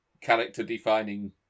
character-defining